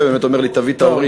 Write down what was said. אתה רואה,